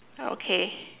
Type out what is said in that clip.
okay